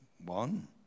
One